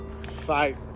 fight